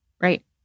Right